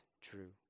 true